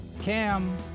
Cam